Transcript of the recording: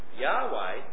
Yahweh